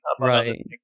Right